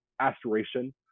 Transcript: aspiration